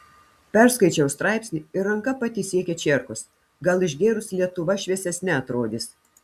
perskaičiau straipsnį ir ranka pati siekia čierkos gal išgėrus lietuva šviesesne atrodys